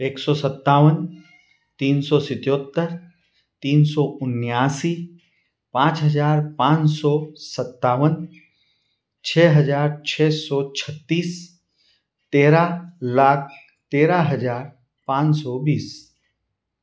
एक सौ सत्तावन तीन सौ सतहत्तर तीन सौ उन्यासी पाँच हजार पाँच सौ सत्तावन छः हजार छः सौ छत्तीस तेरह लाख तेरह हजार पाँच सौ बीस